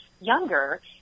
younger